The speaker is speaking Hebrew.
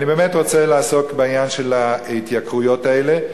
אני באמת רוצה לעסוק בעניין של ההתייקרויות האלה.